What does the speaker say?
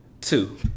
two